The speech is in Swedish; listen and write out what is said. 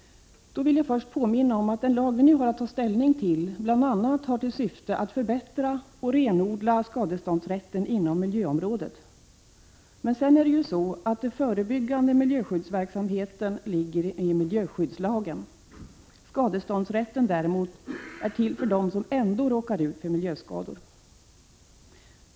Jag vill först påminna om att den lag vi nu har att ta ställning till bl.a. har till syfte att förbättra och renodla skadeståndsrätten inom miljöområdet. Den förebyggande miljöskyddsverksamheten omfattas av miljöskyddslagen. Skadeståndsrätten däremot är till för dem som ändå råkar ut för miljöskador.